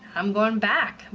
i'm going back!